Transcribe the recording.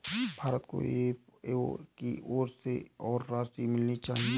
भारत को एफ.ए.ओ की ओर से और राशि मिलनी चाहिए